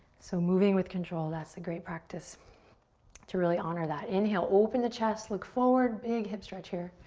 so, moving with control, that's a great practice to really honor that. inhale, open the chest, look forward. big hip stretch, here.